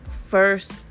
first